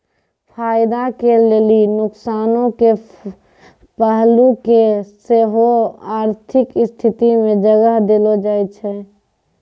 फायदा के लेली नुकसानो के पहलू के सेहो आर्थिक स्थिति मे जगह देलो जाय छै